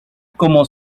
como